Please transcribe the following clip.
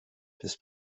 des